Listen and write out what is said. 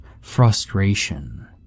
frustration